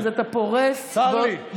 צר לי.